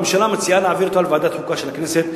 הממשלה מציעה להעביר אותה לוועדת חוקה של הכנסת.